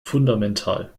fundamental